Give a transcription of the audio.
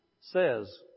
says